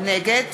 נגד